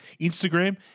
Instagram